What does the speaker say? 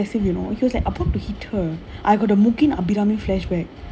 eh he got a bit aggressive you know he was like about to hit her I got the mugen abirami flashback